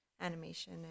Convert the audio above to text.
animation